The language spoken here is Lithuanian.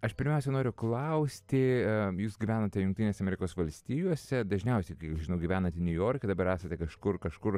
aš pirmiausia noriu klausti jūs gyvenate jungtinėse amerikos valstijose dažniausiai kiek žinau gyvenate niujorke dabar esate kažkur kažkur